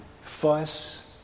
fuss